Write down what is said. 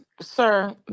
Sir